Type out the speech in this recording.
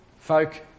Folk